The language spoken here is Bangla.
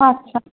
আচ্ছা